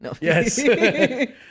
Yes